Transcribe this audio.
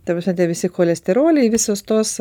ta prasme tie visi cholesteroliai visus tuos